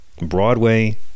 Broadway